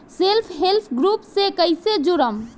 Self help group से कइसे जुड़म?